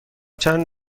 چند